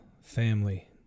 family